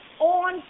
on